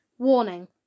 Warning